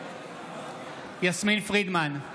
יסמין פרידמן,